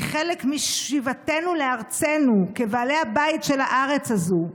היא חלק משיבתנו לארצנו כבעלי הבית של הארץ הזו.